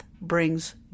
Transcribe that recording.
brings